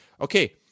Okay